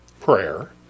prayer